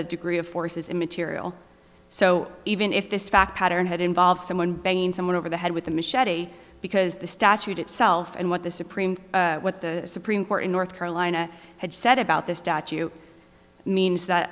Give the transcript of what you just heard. the degree of force is immaterial so even if this fact pattern had involved someone banging someone over the head with a machete because the statute itself and what the supreme what the supreme court in north carolina had said about this statue means that